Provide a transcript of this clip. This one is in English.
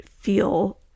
feel